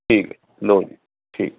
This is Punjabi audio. ਠੀਕ ਲਓ ਜੀ ਠੀਕ